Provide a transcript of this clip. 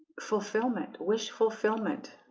fulfillment wish fulfillment